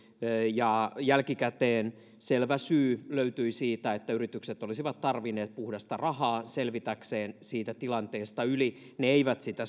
ja jälkikäteen selvä syy löytyi siitä että yritykset olisivat tarvinneet puhdasta rahaa selvitäkseen siitä tilanteesta yli ne eivät sitä